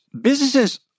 businesses